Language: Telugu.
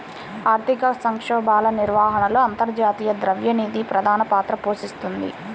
ఆర్థిక సంక్షోభాల నిర్వహణలో అంతర్జాతీయ ద్రవ్య నిధి ప్రధాన పాత్ర పోషిస్తోంది